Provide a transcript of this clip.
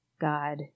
God